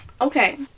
Okay